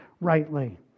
rightly